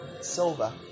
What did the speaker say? Silver